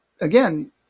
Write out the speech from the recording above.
again